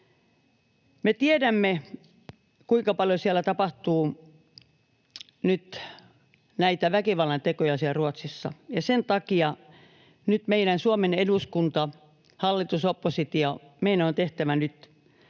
Me tiedämme, kuinka paljon tapahtuu nyt näitä väkivallantekoja siellä Ruotsissa, ja sen takia nyt Suomen eduskunnan, hallituksen, opposition on tehtävä